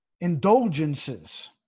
Indulgences